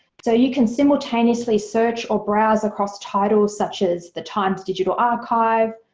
so you can simultaneously search or browse across titles such as, the times digital archive,